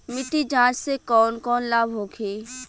मिट्टी जाँच से कौन कौनलाभ होखे?